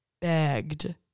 begged